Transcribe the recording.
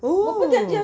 ooh